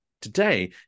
today